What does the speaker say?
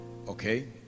okay